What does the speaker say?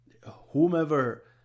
whomever